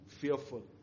fearful